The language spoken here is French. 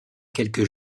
quelques